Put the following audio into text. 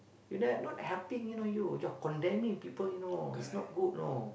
you like not helping you know you you are condemning people you know it's good know